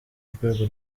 urwego